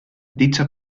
dicha